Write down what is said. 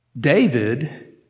David